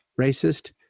racist